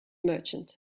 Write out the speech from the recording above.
merchant